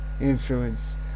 influence